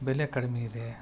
ಬೆಲೆ ಕಡಿಮೆ ಇದೆ